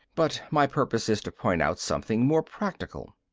but my purpose is to point out something more practical.